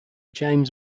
james